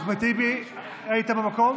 אחמד טיבי, היית במקום?